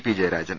P Jayarajan